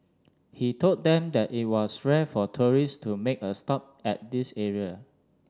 he told them that it was rare for tourist to make a stop at this area